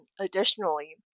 additionally